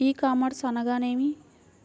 E commerce అనగా నేమి?